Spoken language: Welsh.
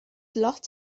lot